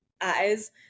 eyes